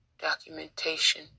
documentation